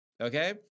Okay